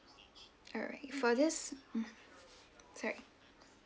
alright for this mmhmm sorry